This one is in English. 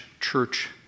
Church